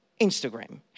Instagram